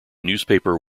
newspaper